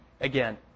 again